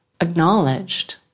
acknowledged